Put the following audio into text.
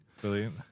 Brilliant